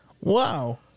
Wow